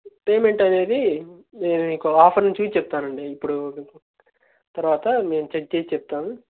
payment అనేది నేను మీకు ఆఫర్ని చూసి చెప్తానండి ఇప్పుడు తర్వాత నేను చెక్ చేసి చెప్తాను